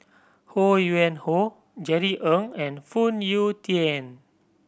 Ho Yuen Hoe Jerry Ng and Phoon Yew Tien